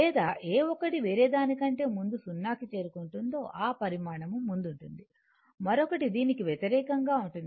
లేదా ఏ ఒకటి వేరే దాని కంటే ముందు 0 కి చేరుకుంటుందో ఆ పరిమాణం ముందుంటుంది మరొకటి దీనికి వ్యతిరేకంగా ఉంటుంది